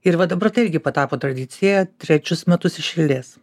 ir va dabar tai irgi patapo tradicija trečius metus iš eilės